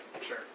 sure